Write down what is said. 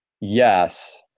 yes